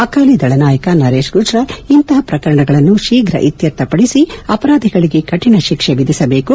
ಅಕಾಲಿದಳ ನಾಯಕ ನರೇತ್ ಗುಜ್ರಾಲ್ ಇಂತಹ ಪ್ರಕರಣಗಳನ್ನು ಶೀಘ್ರ ಇತ್ಯರ್ಥಪಡಿಸಿ ಅಪರಾಧಿಗಳಿಗೆ ಕರಿಣ ಶಿಕ್ಷ ವಿಧಿಸಬೇಕು